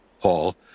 Paul